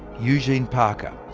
eugene parker,